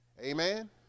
Amen